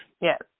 yes